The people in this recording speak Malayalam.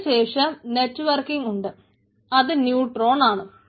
അതിനു ശേഷം നെറ്റ് വർക്കിങ്ങ് ഉണ്ട് അത് ന്യൂട്രോൺ ആണ്